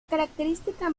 característica